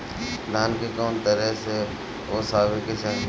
धान के कउन तरह से ओसावे के चाही?